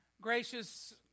Gracious